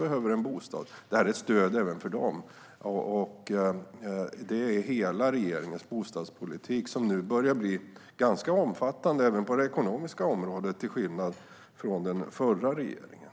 Det är ett stöd även för unga människor som behöver en bostad. Regeringens bostadspolitik börjar nu bli ganska omfattande, även på det ekonomiska området, till skillnad från den förra regeringens.